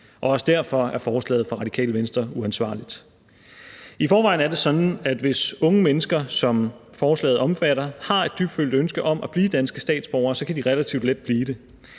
Og også derfor er forslaget fra Radikale Venstre uansvarligt. I forvejen er det sådan, at hvis unge mennesker, som forslaget omfatter, har et dybfølt ønske om at blive danske statsborgere, så kan de relativt let blive det.